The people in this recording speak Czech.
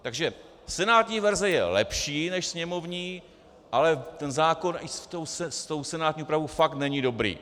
Takže senátní verze je lepší než sněmovní, ale ten zákon i se senátní úpravou fakt není dobrý.